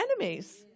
enemies